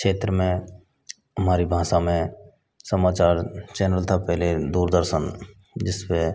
क्षेत्र में हमारी भाषा में समाचार चैनल था पहले दूरदर्शन जिस पर